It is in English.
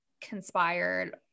conspired